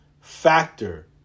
factor